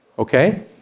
Okay